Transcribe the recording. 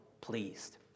pleased